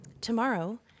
tomorrow